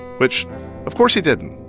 which of course he didn't.